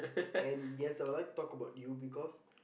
and yes I would like to talk about you because